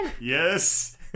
Yes